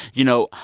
you know,